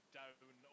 down